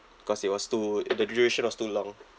cause it was too the duration was too long